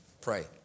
pray